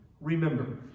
remember